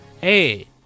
Hey